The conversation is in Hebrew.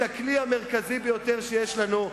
הכלי המרכזי ביותר שיש לנו,